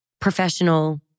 professional